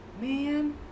Man